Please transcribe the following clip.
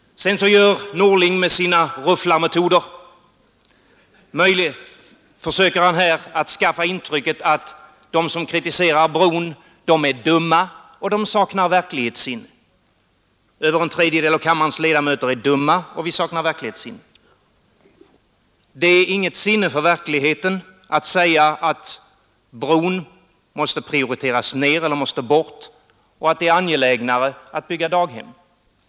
Sedan försöker herr Norling med sina rufflarmetoder att skapa det intrycket att de som kritiserar bron är dumma och saknar verklighetssinne. Över en tredjedel av kammarens ledamöter är alltså dumma och vi saknar verklighetssinne. Det är inget sinne för verkligheten att säga att bron måste prioriteras ner eller att förslaget skall avslås och att det är angelägnare att bygga daghem.